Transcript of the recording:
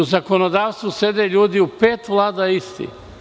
U zakonodavstvu sede ljudi u pet vlada isti.